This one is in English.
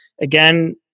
Again